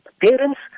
parents